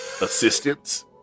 Assistance